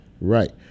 right